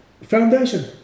foundation